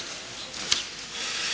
Hvala